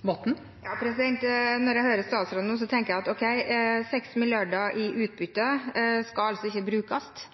Når jeg hører statsråden nå, så tenker jeg at 6 mrd. kr i utbytte altså ikke skal brukes.